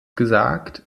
gesagt